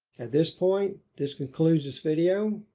this point, this concludes this video.